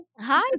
Hi